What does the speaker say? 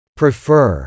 prefer